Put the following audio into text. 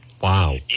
Wow